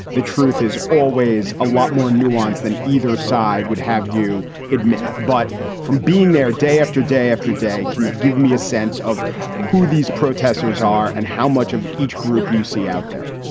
the truth is always a lot more nuanced than either side would have you admit. but from being there day after day after day, can you give me a sense of who these protesters are and how much of each group you see out there?